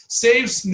saves